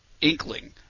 inkling